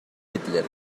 hitler